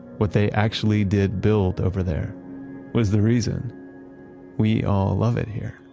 what they actually did build over there was the reason we all love it here